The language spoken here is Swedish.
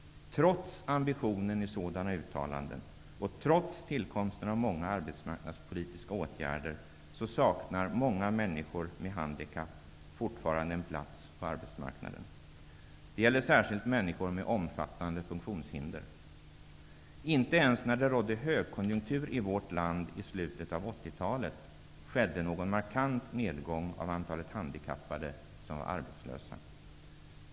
Trots ambitionen i sådana uttalanden och trots tillkomsten av många arbetsmarknadspolitiska åtgärder saknar många människor med handikapp fortfarande en plats på arbetsmarknaden. Det gäller särskilt människor med omfattande funktionshinder. Inte ens när det rådde högkonjunktur i vårt land i slutet av 80-talet skedde någon markant nedgång av antalet arbetslösa handikappade.